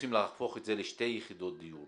רוצים להפוך את זה לשתי יחידות דיור,